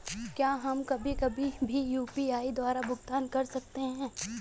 क्या हम कभी कभी भी यू.पी.आई द्वारा भुगतान कर सकते हैं?